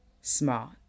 Smart